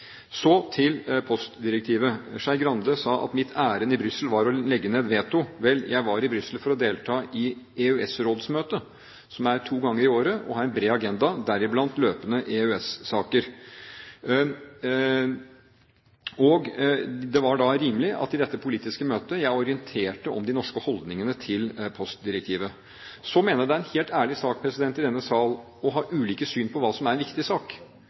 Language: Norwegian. Så til postdirektivet. Skei Grande sa at mitt ærend i Brussel var å legge ned veto. Vel, jeg var i Brussel for å delta i EØS-rådsmøtet, som er to ganger i året og har en bred agenda, deriblant løpende EØS-saker. Det var da rimelig at jeg i dette politiske møtet orienterte om de norske holdningene til postdirektivet. Så mener jeg det er en helt ærlig sak i denne sal å ha ulike syn på hva som er en viktig sak.